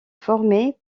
formée